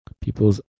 people's